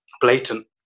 blatant